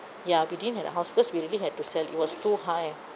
ya we didn't had a house because we really had to sell it was too high